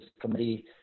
committee